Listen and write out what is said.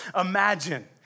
imagine